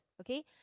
okay